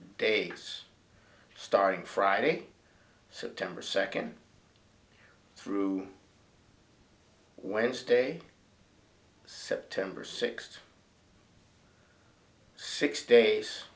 days starting friday september second through wednesday september sixth six days